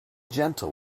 gentle